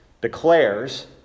declares